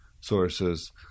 sources